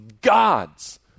gods